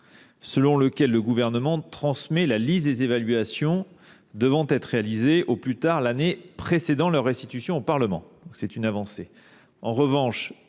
selon lequel le Gouvernement transmet au Parlement la liste des évaluations devant être réalisées au plus tard l’année précédant leur restitution. C’est une avancée.